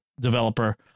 developer